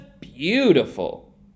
beautiful